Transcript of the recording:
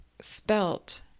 spelt